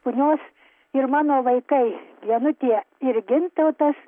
punios ir mano vaikai genutė ir gintautas